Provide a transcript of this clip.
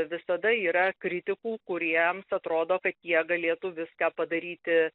visada yra kritikų kuriems atrodo kad jie galėtų viską padaryti